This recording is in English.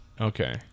Okay